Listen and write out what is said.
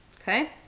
okay